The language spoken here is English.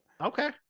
Okay